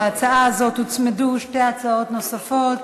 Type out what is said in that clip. להצעה הזאת הוצמדו שתי הצעות נוספות.